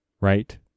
Right